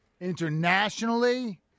Internationally